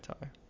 tire